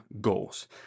goals